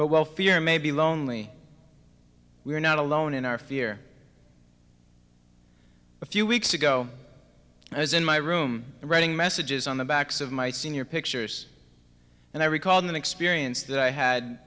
but well fear may be lonely we are not alone in our fear a few weeks ago i was in my room writing messages on the backs of my senior pictures and i recalled an experience that i had